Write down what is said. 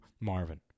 Marvin